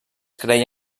creia